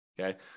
Okay